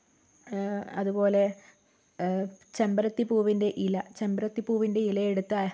അതുപോലെ ചെമ്പരത്തി പൂവിൻ്റെ ഇല ചെമ്പരത്തി പൂവിൻ്റെ ഇലയെടുത്ത്